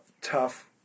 tough